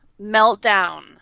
meltdown